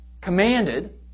commanded